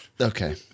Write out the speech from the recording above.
Okay